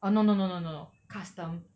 oh no no no no no custom